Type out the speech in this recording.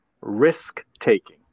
risk-taking